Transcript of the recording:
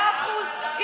מאה אחוז.